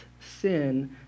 sin